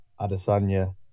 adesanya